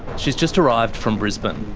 she's just arrived from brisbane.